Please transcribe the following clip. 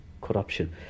corruption